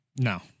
No